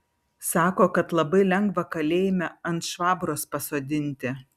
sako kad labai lengva kalėjime ant švabros pasodinti